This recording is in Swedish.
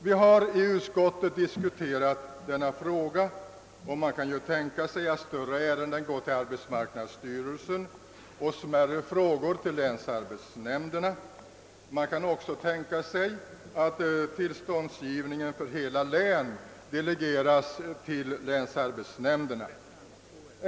Vi har i utskottet diskuterat denna fråga, och man kan ju tänka sig att större ärenden går till arbetsmarknadsstyrelsen och smärre frågor till länsarbetsnämnderna. Man kan också tänka sig att tillståndsgivningen för hela län delegeras till länsarbetsnämnderna.